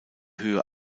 höhe